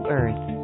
earth